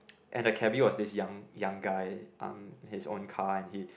and the cabby was this young young guy um his own car and he